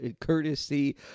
courtesy